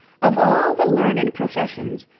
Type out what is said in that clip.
of all the learned professions,